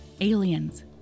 aliens